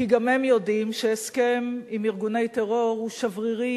כי גם הם יודעים שהסכם עם ארגוני טרור הוא שברירי